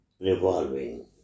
revolving